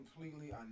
completely